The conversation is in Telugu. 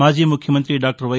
మాజీ ముఖ్యమంతి డాక్టర్ వై